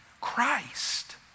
Christ